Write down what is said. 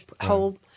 whole